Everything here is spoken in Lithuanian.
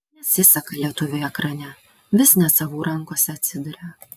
nesiseka lietuviui ekrane vis ne savų rankose atsiduria